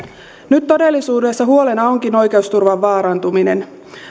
nyt todellisuudessa huolena onkin oikeusturvan vaarantuminen